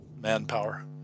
manpower